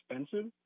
expensive